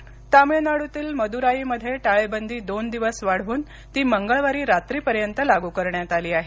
टाळेबदी तमिळनाडूतील मदुराईमध्ये टाळेबंदी दोन दिवस वाढवून ती मंगळवारी रात्रीपर्यंत लागू करण्यात आली आहे